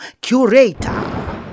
curator